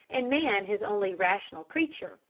and man his only rational creature,